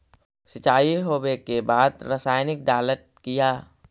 सीचाई हो बे के बाद रसायनिक डालयत किया?